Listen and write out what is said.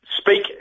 Speak